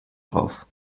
drauf